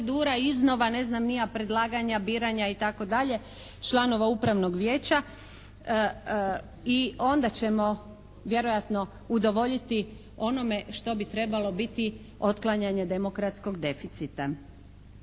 iznova, ne znam ni ja predlaganja, biranja itd. članova Upravnog vijeća i onda ćemo vjerojatno udovoljiti onome što bi trebalo biti otklanjanje demokratskog deficita.